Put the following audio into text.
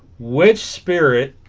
which spirit